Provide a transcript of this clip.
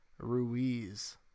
Ruiz